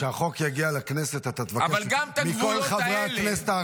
אבל גם את הגבולות האלה --- כשהחוק יגיע לכנסת,